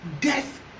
Death